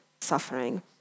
suffering